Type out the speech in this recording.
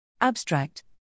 Abstract